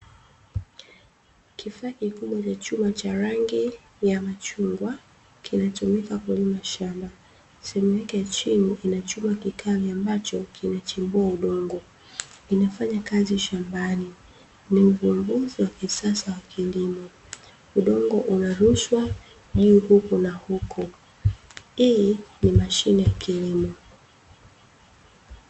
Kifaa kikubwa cha rangi ya machungwa kinachotumi kakulima shamba, sehemu yake ya chini ina chuma kikali ambacho kinachimbua udongo, inafanya kazi shambani. Ni uvumnuzi wa kisasa wa kilimo, udongo unarushwa juu huku na huko. Hii ni mashine ya kilimo.